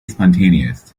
spontaneous